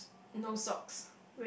no socks